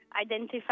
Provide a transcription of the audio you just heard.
identify